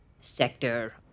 sector